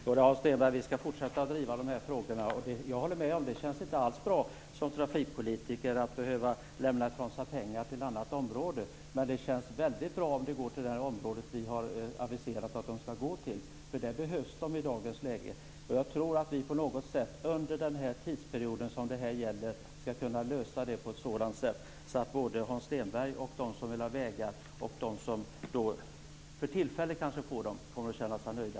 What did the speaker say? Fru talman! Vi skall fortsätta att driva de här frågorna, Hans Stenberg. Jag håller med om att det inte alls känns bra som trafikpolitiker att behöva lämna ifrån sig pengar till ett annat område. Men det känns väldigt bra om det går till det område vi har aviserat att de skall gå till. Där behövs de i dagens läge. Jag tror att vi under den tidsperiod som detta gäller skall kunna lösa det på ett sådant sätt att Hans Stenberg och de som vill ha vägar skall kunna känna sig nöjda.